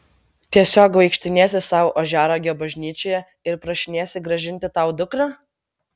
tiesiog vaikštinėsi sau ožiaragio bažnyčioje ir prašinėsi grąžinti tau dukrą